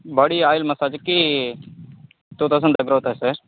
body oil మసాజ్కి two thousand దగ్గర అవుతుంది సార్